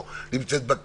או נמצאת בכיס,